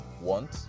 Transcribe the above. want